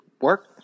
work